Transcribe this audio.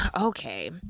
Okay